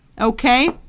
Okay